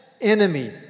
enemy